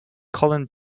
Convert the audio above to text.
colin